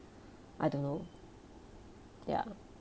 I don't know ya